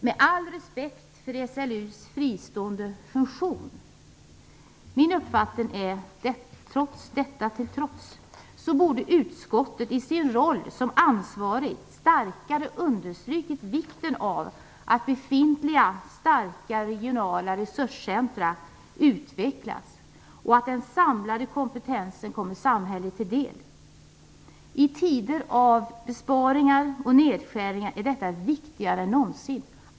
Med all respekt för SLU:s fristående funktion är min uppfattning att utskottet i sin roll som ansvarigt starkare borde ha understrukit vikten av att befintliga starka regionala resurscentra utvecklas och att den samlade kompetensen kommer samhället till del. I tider av besparingar och nedskärningar är detta viktigare än någonsin.